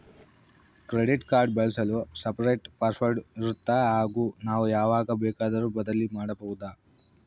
Credit card ಬಳಸಲು separate password ಇರುತ್ತಾ ಹಾಗೂ ನಾವು ಯಾವಾಗ ಬೇಕಾದರೂ ಬದಲಿ ಮಾಡಬಹುದಾ?